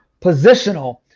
positional